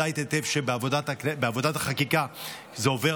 את יודעת היטב שבעבודת החקיקה זה עובר